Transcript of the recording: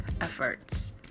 efforts